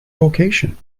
vocation